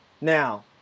Now